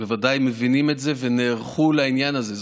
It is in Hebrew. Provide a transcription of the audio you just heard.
בוודאי מבינים את זה ונערכו לעניין הזה.